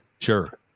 Sure